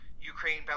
Ukraine